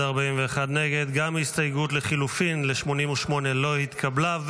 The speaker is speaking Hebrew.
גם הסתייגות לחילופין ל-88 לא נתקבלה.